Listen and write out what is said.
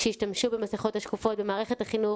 שישתמשו במסכות השקופות במערכת החינוך.